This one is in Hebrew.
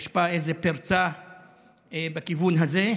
יש בה איזה פרצה בכיוון הזה.